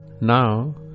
Now